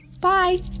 Bye